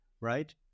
right